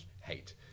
hate